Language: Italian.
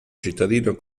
cittadino